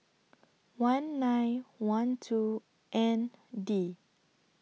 one nine one two N D